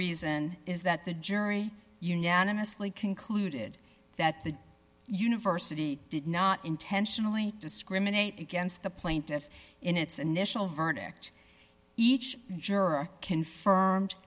reason is that the jury unanimously concluded that the university did not intentionally discriminate against the plaintiff in its initial verdict each juror confirmed